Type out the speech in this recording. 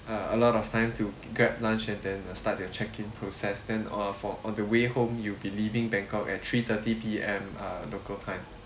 uh a lot of time to grab lunch and then uh start your check in process then uh for on the way home you'll be leaving bangkok at three thirty P_M uh local time